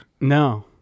no